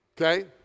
okay